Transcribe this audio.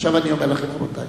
עכשיו אני אומר לכם, רבותי: